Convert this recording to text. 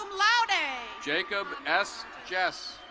laude. ah jacob s. jess.